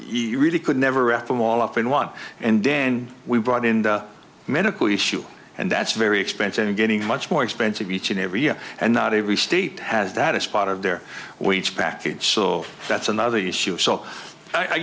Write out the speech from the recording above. you really could never ask them all off in one and then we brought in the medical issue and that's very expensive and getting much more expensive each and every year and not every state has that it's part of their we each package so that's another issue so i